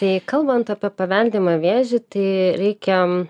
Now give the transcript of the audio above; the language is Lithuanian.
jei kalbant apie paveldimą vėžį tai reikia